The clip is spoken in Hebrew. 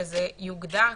שזה יוגדר כאן.